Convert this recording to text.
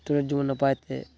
ᱪᱤᱨᱚᱡᱤᱵᱚᱱ ᱱᱟᱯᱟᱭᱛᱮ